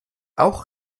auch